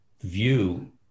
view